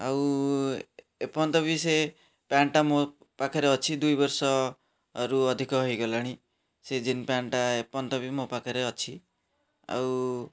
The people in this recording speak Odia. ଆଉ ଏ ପର୍ଯ୍ୟନ୍ତ ବି ସେ ପ୍ୟାଣ୍ଟ୍ଟା ମୋ ପାଖରେ ଅଛି ଦୁଇ ବର୍ଷରୁ ଅଧିକ ହେଇଗଲାଣି ସେ ଜିନ୍ ପ୍ୟାଣ୍ଟ୍ଟା ଏ ପର୍ଯ୍ୟନ୍ତ ବି ମୋ ପାଖରେ ଅଛି ଆଉ